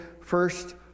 first